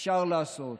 אפשר לעשות.